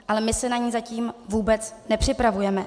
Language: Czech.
Ale my se na ni zatím vůbec nepřipravujeme.